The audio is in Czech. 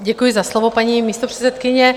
Děkuji za slovo, paní místopředsedkyně.